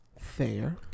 Fair